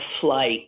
flight